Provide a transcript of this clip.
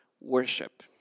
worship